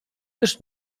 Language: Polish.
też